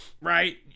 right